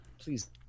Please